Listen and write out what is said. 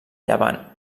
llevant